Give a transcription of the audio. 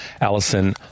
Allison